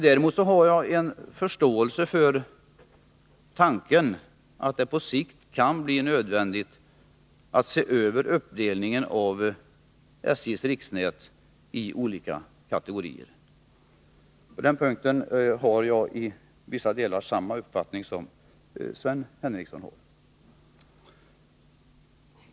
Däremot har jag viss förståelse för tanken att det på sikt kan bli nödvändigt att se över uppdelningen av SJ:s riksnät i olika kategorier. På den punkten har jag i vissa delar samma uppfattning som Sven Henricsson har.